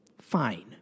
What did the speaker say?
Fine